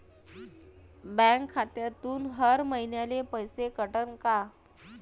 Bank खात्यातून हर महिन्याले पैसे कटन का?